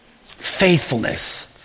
Faithfulness